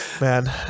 Man